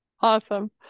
Awesome